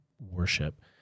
worship